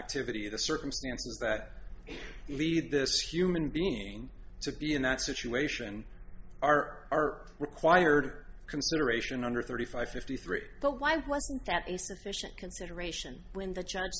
activity the circumstances that lead this human being to be in that situation are required consideration under thirty five fifty three but why wasn't that a sufficient consideration when the judge